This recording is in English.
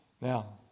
Now